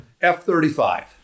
F-35